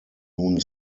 nun